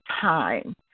time